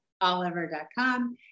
Oliver.com